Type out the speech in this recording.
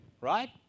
right